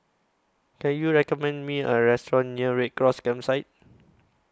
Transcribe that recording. Can YOU recommend Me A Restaurant near Red Cross Campsite